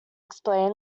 explain